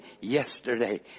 yesterday